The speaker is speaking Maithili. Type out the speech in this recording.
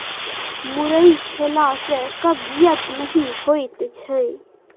मुरइ खेला सँ कब्जियत नहि होएत छै